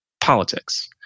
politics